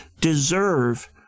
deserve